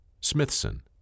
Smithson